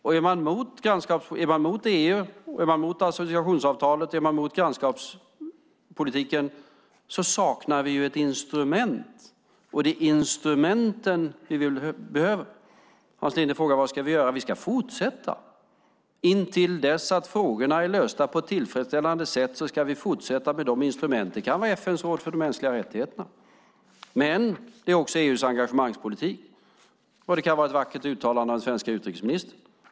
Om man är mot EU, mot associationsavtalet och mot grannskapspolitiken saknar man ett instrument, och det är instrumenten vi behöver. Hans Linde frågar vad vi ska göra. Vi ska fortsätta. Intill dess att frågorna är lösta på ett tillfredsställande sätt ska vi fortsätta med dessa instrument. Det kan vara FN:s råd för de mänskliga rättigheterna, men det är också EU:s engagemangspolitik. Det kan vara ett vackert uttalande av den svenska utrikesministern.